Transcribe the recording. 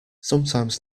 sometimes